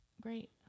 Great